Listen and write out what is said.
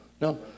no